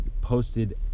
posted